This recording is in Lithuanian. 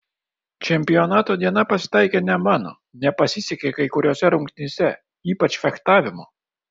čempionato diena pasitaikė ne mano nepasisekė kai kuriose rungtyse ypač fechtavimo